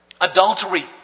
adultery